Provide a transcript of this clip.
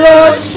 Lord